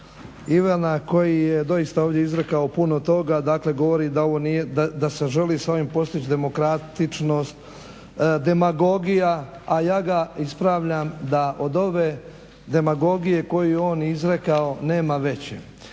Ivana koji je doista ovdje izrekao puno toga, dakle govori da se želi s ovim postić' demokratičnost, demagogija, a ja ga ispravljam da od ove demagogije koju je on izrekao nema veće.